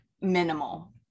minimal